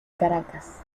caracas